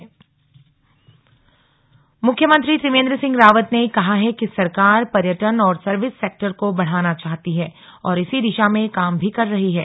चारधाम यात्रा मुख्यमंत्री त्रिवेंद्र सिंह रावत ने कहा है कि सरकार पर्यटन और सर्विस सेक्टर को बढ़ाना चाहती है और इसी दिशा में काम भी कर रही है